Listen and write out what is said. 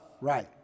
Right